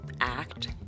act